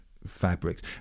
Fabrics